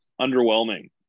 Underwhelming